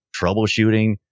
troubleshooting